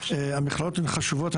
המכללות הן חשובות.